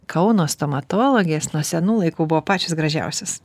kauno stomatologės nuo senų laikų buvo pačios gražiausios